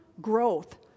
growth